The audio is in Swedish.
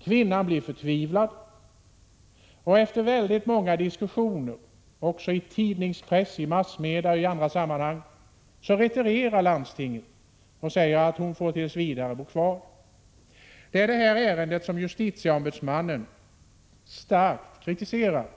Kvinnan blir förtvivlad, och efter många diskussioner, också i massmedia och i andra sammanhang, retirerar landstinget och säger att hon får bo kvar tills vidare. Det är detta ärende som JO starkt kritiserat.